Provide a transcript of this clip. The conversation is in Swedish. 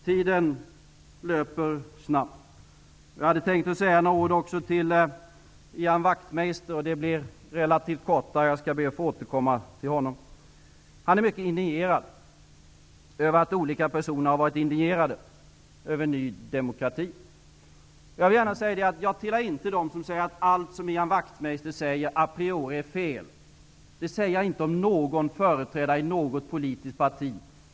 Tiden löper snabbt. Jag hade tänkt säga några ord också till Ian Wachtmeister. Det blir relativt kort, så jag ber att få återkomma till honom. Ian Wachtmeister är mycket indignerad över att olika personer har varit indignerade över Ny demokrati. Jag vill gärna säga att jag inte tillhör dem som säger att allt som Ian Wachtmeister säger a priori är fel. Det säger jag inte om någon företrädare för något politiskt parti.